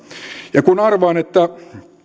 ja kun arvaan että